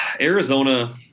Arizona